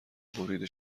بریده